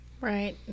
right